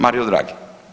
Mario Draghi.